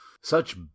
Such